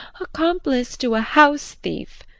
accomplice to a house thief.